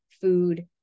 food